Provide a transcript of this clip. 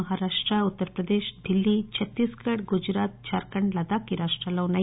మహారాష్ట ఉత్తర్పదేశ్ ఢిల్లీచ చత్తీస్గఢ్చ గుజరాత్చ జార్ఖండ్ లదాక్ ఈ రాష్ట్రాల్లో ఉన్నాయి